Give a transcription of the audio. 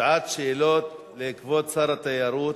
שעת שאלות לכבוד שר התיירות.